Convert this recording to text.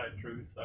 truth